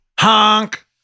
Honk